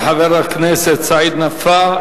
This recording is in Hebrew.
תודה לחבר הכנסת סעיד נפאע.